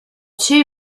two